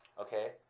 Okay